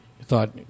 thought